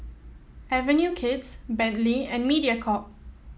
Avenue Kids Bentley and Mediacorp